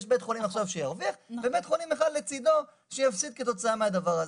יש בית חולים שירוויח ובית חולים לצידו שיפסיד כתוצאה מהדבר הזה.